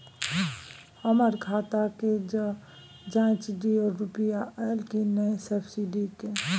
हमर खाता के ज जॉंच दियो रुपिया अइलै की नय सब्सिडी के?